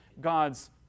God's